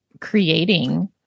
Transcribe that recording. creating